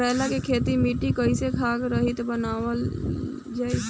करेला के खेती ला मिट्टी कइसे खाद्य रहित बनावल जाई?